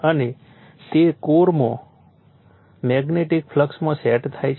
અને તે કોરમાં મેગ્નેટિક ફ્લક્સમાં સેટ થાય છે